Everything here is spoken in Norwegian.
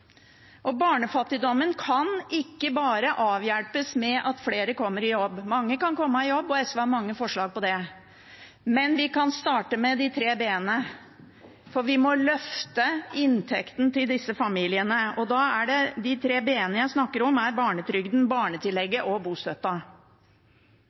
Barnefattigdommen kan ikke bare avhjelpes ved at flere kommer i jobb. Mange kan komme i jobb, og SV har mange forslag om det. Men vi kan starte med de tre b-ene, for vi må løfte inntekten til disse familiene – de tre b-ene jeg snakker om, er barnetrygden,